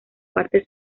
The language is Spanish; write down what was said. partes